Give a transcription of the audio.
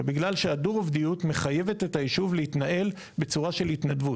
אלא בגלל שהדו רובדיות מחייבת את היישוב להתנהל בצורה של התנדבות.